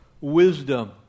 Wisdom